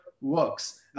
works